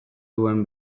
duen